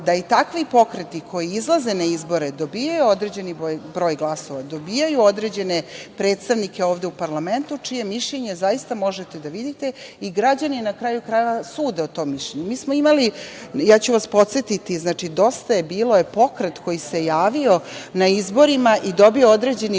da i takvi pokreti koji izlaze na izbore dobijaju određeni broj glasova, dobijaju određene predstavnike ovde u parlamentu, čije mišljenje zaista možete da vidite i građani, na kraju krajeva, sude o tom mišljenju. Ja ću vas podsetiti, "Dosta je bilo" je pokret koji se javio na izborima i dobio određeni